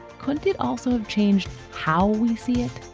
couldn't it also have changed how we see it?